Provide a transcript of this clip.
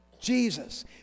Jesus